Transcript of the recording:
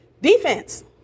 Defense